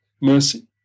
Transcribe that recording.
Mercy